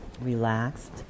relaxed